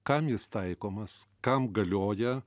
kam jis taikomas kam galioja